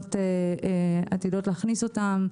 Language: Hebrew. שהתקנות עתידות להכניס אותם,